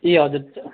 ए हजुर हज्